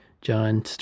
John